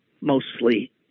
mostly